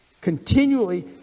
Continually